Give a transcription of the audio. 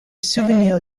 souvenir